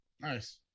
nice